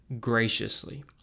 graciously